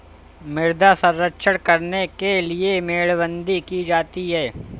मृदा संरक्षण करने के लिए मेड़बंदी की जाती है